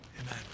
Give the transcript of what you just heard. amen